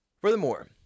Furthermore